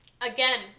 Again